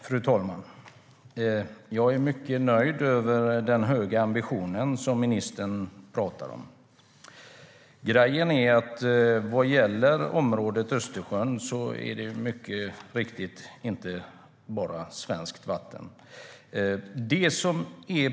Fru talman! Jag är mycket nöjd med den höga ambition som ministern talar om. Vad gäller Östersjön är det mycket riktigt inte bara svenskt vatten.